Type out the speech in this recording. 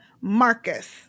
Marcus